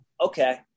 Okay